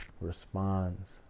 responds